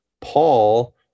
Paul